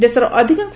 ଦେଶର ଅଧିକାଂ